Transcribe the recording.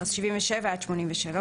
משנתיים עד 60 חודשים.